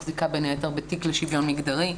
מחזיקה בין היתר בתיק לשוויון מגדרי.